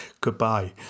Goodbye